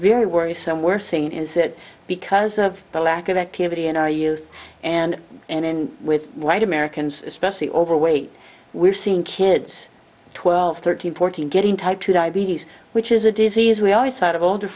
really worrisome we're seeing is that because of the lack of activity in our youth and and in with white americans especially overweight we're seeing kids twelve thirteen fourteen getting type two diabetes which is a disease we always thought of older